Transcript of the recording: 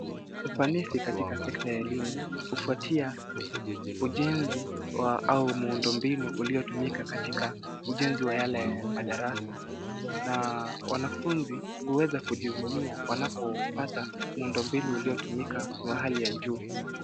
Ufanisi katika sekta ya elimu hufuatia ujenzi wa au muundo mbinu ulio tumika katika ujenzi wa yale madarasa na wanafunzi huweza kujihudumia wanapopata muundo mbinu uliotumika ni wa hali ya juu.